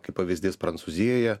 kaip pavyzdys prancūzijoje